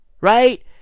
right